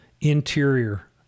interior